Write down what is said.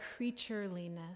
creatureliness